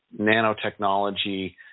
nanotechnology